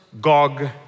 Gog